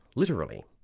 literally.